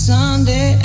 Sunday